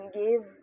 give